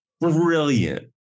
brilliant